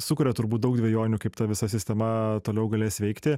sukuria turbūt daug dvejonių kaip ta visa sistema toliau galės veikti